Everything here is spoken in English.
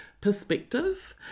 perspective